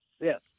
yes